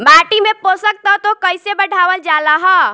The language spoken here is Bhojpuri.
माटी में पोषक तत्व कईसे बढ़ावल जाला ह?